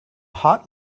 hot